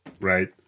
Right